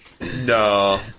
no